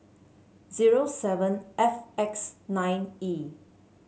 zero seven F X nine E